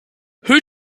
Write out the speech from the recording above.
who